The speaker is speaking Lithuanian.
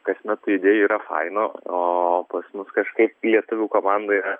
kasmet tų idėjų yra fainų o pas mus kažkaip lietuvių komandoje